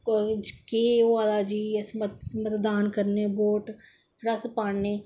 केह् होआ दा जी इस मतदान कन्ने बोट जेहड़ा अस पान्ने